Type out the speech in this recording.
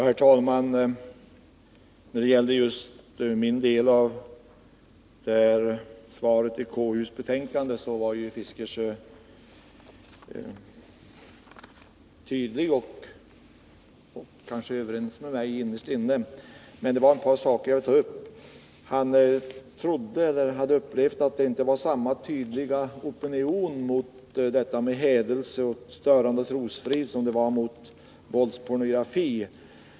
Herr talman! När det gäller den del av konstitutionsutskottets betänkande som rör min motion var Bertil Fiskesjö tydlig och kanske överens med mig innerst inne. Men det är ett par saker jag vill ta upp. Bertil Fiskesjö sade att han upplevt det så, att det inte var samma tydliga opinion mot hädelse och störande av trosfrid som det var mot våldspornografi.